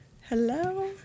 Hello